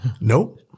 Nope